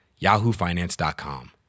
YahooFinance.com